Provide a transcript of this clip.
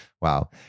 Wow